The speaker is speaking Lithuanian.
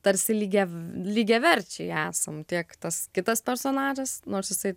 tarsi lygiav lygiaverčiai esam tiek tas kitas personažas nors jisai